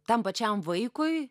tam pačiam vaikui